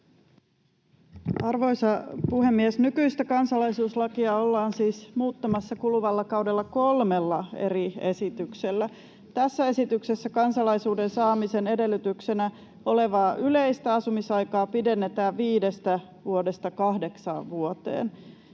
Arvoisa puhemies! Nykyistä kansalaisuuslakia ollaan siis muuttamassa kuluvalla kaudella kolmella eri esityksellä. Tässä esityksessä kansalaisuuden saamisen edellytyksenä olevaa yleistä asumisaikaa pidennetään viidestä vuodesta kahdeksaan vuoteen.